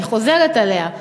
אני חוזרת עליה,